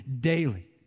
Daily